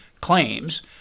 claims